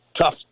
Tough